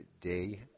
day